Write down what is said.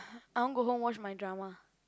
I want go home watch my drama